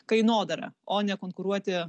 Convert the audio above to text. kainodara o nekonkuruoti